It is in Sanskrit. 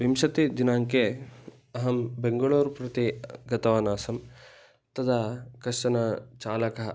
विंशतिदिनाङ्के अहं बेङ्गळूर् प्रति गतवानासं तदा कश्चनः चालकः